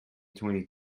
twenty